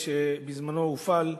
הפיילוט שבזמנו הופעל,